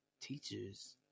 teachers